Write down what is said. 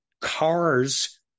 cars